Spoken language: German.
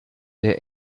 der